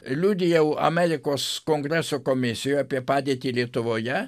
liudijau amerikos kongreso komisijoj apie padėtį lietuvoje